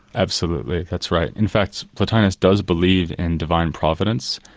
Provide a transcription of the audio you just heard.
absolutely, that's right. in fact plotinus does believe in divine providence,